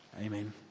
Amen